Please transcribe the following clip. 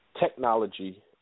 technology